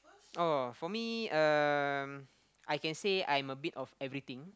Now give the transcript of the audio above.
oh for me um I can say I am a bit of everything